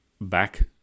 back